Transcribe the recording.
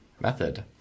method